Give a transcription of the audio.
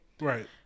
right